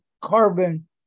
carbon